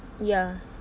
ya